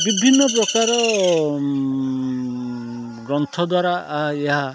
ବିଭିନ୍ନ ପ୍ରକାର ଗ୍ରନ୍ଥ ଦ୍ୱାରା ଆ ଏହା